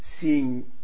seeing